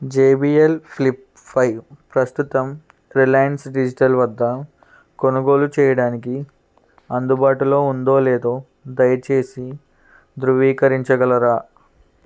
JBL flip five ప్రస్తుతం Reliance digital వద్ద కొనుగోలు చెయ్యడానికి అందుబాటులో ఉందో లేదో దయచేసి ధృవీకరించగలరా